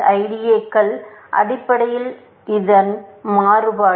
IDAக்கள் அடிப்படையில் இதன் மாறுபாடு